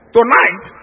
Tonight